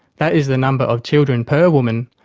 that is the number of children per woman,